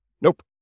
Nope